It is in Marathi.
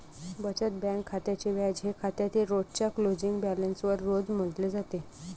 बचत बँक खात्याचे व्याज हे खात्यातील रोजच्या क्लोजिंग बॅलन्सवर रोज मोजले जाते